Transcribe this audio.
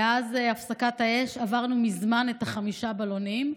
מאז הפסקת האש עברנו מזמן את החמישה בלונים,